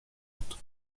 بود